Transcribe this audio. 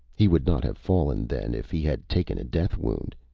he would not have fallen then if he had taken a death wound.